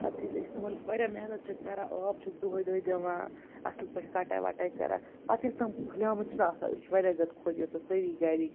پَتہٕ ییٚلہِ أسۍ تِمَن واریاہ محنت چھِکھ کَران آب چھِکھ دۄہے دۄہے دِوان اصٕل پٲٹھۍ کَٹٲے وَٹَٲے کَران پَتہٕ ییٚلہِ تِم پھہلیٛامِتۍ چھِ نا آسان أسۍ چھِ واریاہ زیادٕ خۄش گژھان سٲری گَھرِکۍ